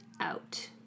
out